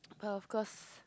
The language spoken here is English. of course